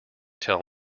tell